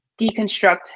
deconstruct